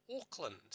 Auckland